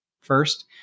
First